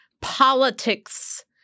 politics